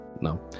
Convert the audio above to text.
No